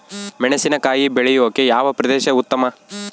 ಮೆಣಸಿನಕಾಯಿ ಬೆಳೆಯೊಕೆ ಯಾವ ಪ್ರದೇಶ ಉತ್ತಮ?